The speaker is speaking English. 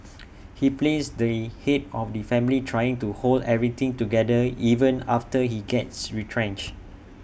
he plays the Head of the family trying to hold everything together even after he gets retrenched